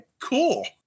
cool